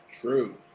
True